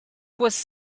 was